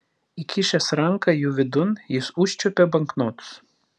įkišęs ranką jų vidun jis užčiuopė banknotus